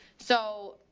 so